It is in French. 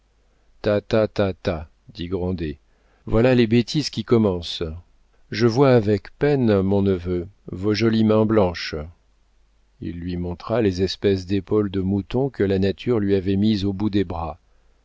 ta ta ta ta dit grandet voilà les bêtises qui commencent je vois avec peine mon neveu vos jolies mains blanches il lui montra les espèces d'épaules de mouton que la nature lui avait mises au bout des bras